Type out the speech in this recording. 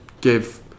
give